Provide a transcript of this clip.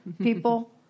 people